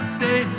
say